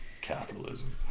capitalism